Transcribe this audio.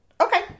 Okay